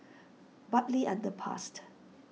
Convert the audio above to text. Bartley Underpassed